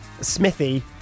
Smithy